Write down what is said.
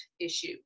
issue